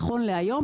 נכון להיום,